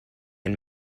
and